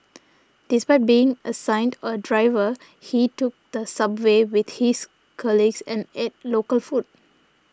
despite being assigned a driver he took the subway with his colleagues and ate local food